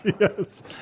Yes